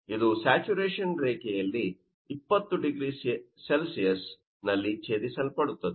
ಇದು ಸ್ಯಾಚುರೇಶನ್ ರೇಖೆಯಲ್ಲಿ 20 0C ಛೇದಿಸಲ್ಪಡುತ್ತದೆ